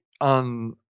on